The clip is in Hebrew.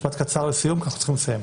משפט קצר לסיום כי אנחנו צריכים לסיים.